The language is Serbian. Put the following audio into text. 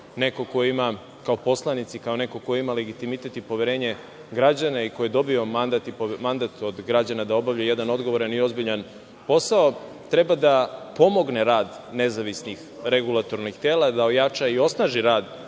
grupa, kao poslanici, kao neko ko ima legitimitet i poverenje građana i ko je dobio mandat od građana da obavlja jedan odgovoran i ozbiljan posao, treba da pomogne rad nezavisnih regulatornih tela, da ojača i osnaži rad